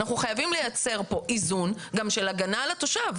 אנחנו חייבים לייצר פה איזון גם של הגנה על התושב.